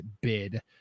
bid